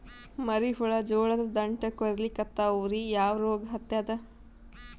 ಮರಿ ಹುಳ ಜೋಳದ ದಂಟ ಕೊರಿಲಿಕತ್ತಾವ ರೀ ಯಾ ರೋಗ ಹತ್ಯಾದ?